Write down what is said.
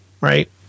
right